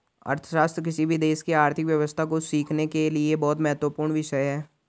अर्थशास्त्र किसी भी देश की आर्थिक व्यवस्था को सीखने के लिए बहुत महत्वपूर्ण विषय हैं